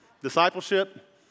discipleship